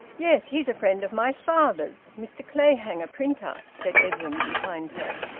yes, he's a friend of my father's mr clayhanger, printer, said edwin, behind her.